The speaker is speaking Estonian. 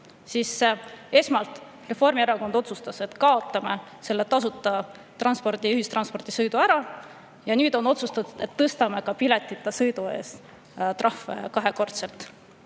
siis esmalt Reformierakond otsustas, et kaotame selle tasuta ühistranspordisõidu ära, ja nüüd on otsustatud, et tõstame piletita sõidu eest trahvi kahekordseks.